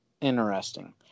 interesting